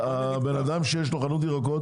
בן אדם שיש לו חנות ירקות,